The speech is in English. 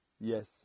Yes